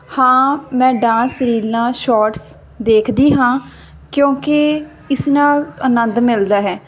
ਹਾਂ ਮੈਂ ਡਾਂਸ ਰੀਲਾਂ ਸ਼ੋਟਸ ਦੇਖਦੀ ਹਾਂ ਕਿਉਂਕਿ ਇਸ ਨਾਲ ਆਨੰਦ ਮਿਲਦਾ ਹੈ